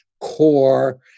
core